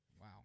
Wow